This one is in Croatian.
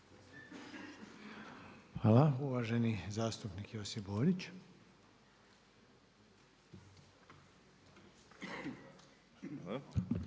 Hvala. Uvaženi zastupnik Josipi Borić.